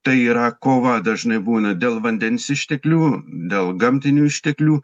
tai yra kova dažnai būna dėl vandens išteklių dėl gamtinių išteklių